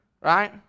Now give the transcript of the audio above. right